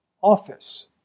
office